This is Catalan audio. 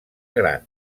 gran